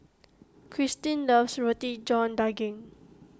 Kirstin loves Roti John Daging